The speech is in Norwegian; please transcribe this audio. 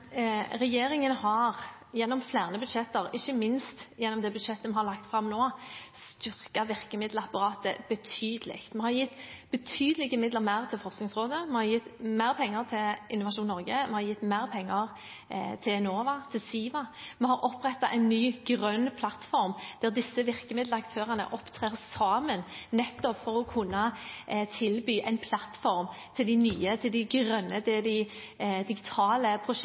Regjeringen har gjennom flere budsjetter, ikke minst gjennom det budsjettet vi har lagt fram nå, styrket virkemiddelapparatet betydelig. Vi har gitt betydelig mer midler til Forskningsrådet, vi har gitt mer penger til Innovasjon Norge, vi har gitt mer penger til Enova, til Siva. Vi har opprettet en ny, grønn plattform der disse virkemiddelaktørene opptrer sammen, nettopp for å kunne tilby en plattform til de nye, til de grønne, til de digitale